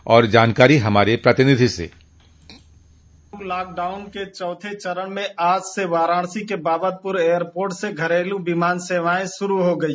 और जानकारी हमारे प्रतिनिधि से डिस्पैच लॉकडाउन के चौथे चरण में आज से वाराणसी के बाबतपुर एयरपोर्ट से घरेलू विमान सेवाएं शुरू हो गई